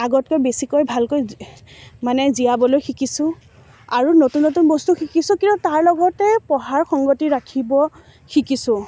আগতকৈ বেছিকৈ ভালকৈ মানে জীয়াবলৈ শিকিছোঁ আৰু নতুন নতুন বস্তু শিকিছোঁ কিন্তু তাৰ লগতে পঢ়াৰ সংগতি ৰাখিব শিকিছোঁ